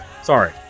Sorry